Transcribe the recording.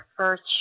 First